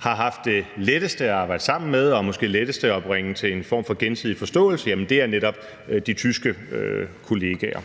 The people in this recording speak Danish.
har haft lettest ved at arbejde sammen med og måske lettest ved at komme til en form for gensidig forståelse med, netop er de tyske kollegaer.